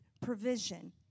provision